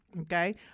okay